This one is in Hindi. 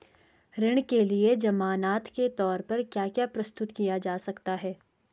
ऋण के लिए ज़मानात के तोर पर क्या क्या प्रस्तुत किया जा सकता है?